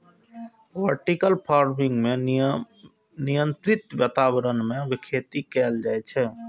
vertical farming मे नियंत्रित वातावरण मे खेती कैल जाइ छै